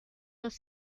los